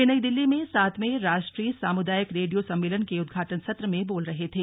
वे नई दिल्ली में सातवें राष्ट्रीय सामुदायिक रेडियो सम्मेलन के उद्घाटन सत्र में बोल रहे थे